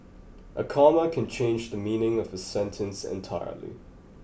a comma can change the meaning of a sentence entirely